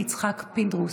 יצחק פינדרוס,